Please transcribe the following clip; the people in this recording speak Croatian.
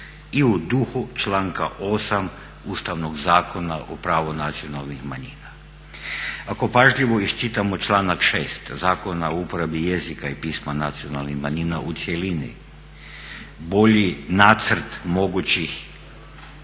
i u duhu članka 8. Ustavnog zakona o pravu nacionalnih manjina. Ako pažljivo iščitamo članak 6. Zakona o uporabi jezika i pisma nacionalnih manjina u cjelini, bolji nacrt mogućih